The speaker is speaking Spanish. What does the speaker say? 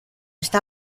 está